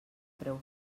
preu